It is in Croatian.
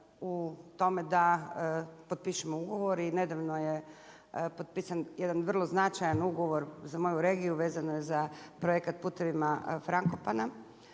u tome da potpišemo ugovor i nedavno je potpisan jedan vrlo značajan ugovor za moju regiju, vezano je za projekat „Putevima Frankopana“,